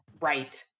right